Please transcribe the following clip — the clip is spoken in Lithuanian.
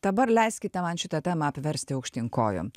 dabar leiskite man šitą temą apversti aukštyn kojom